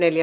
asia